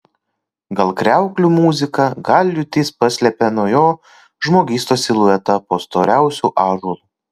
gal kriauklių muzika gal liūtis paslėpė nuo jo žmogystos siluetą po storiausiu ąžuolu